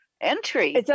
entry